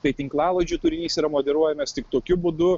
tai tinklalaidžių turinys yra moderuojamas tik tokiu būdu